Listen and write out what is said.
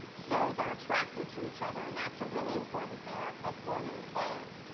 so they're attracted to each other, and that's a really important part of forming the bond.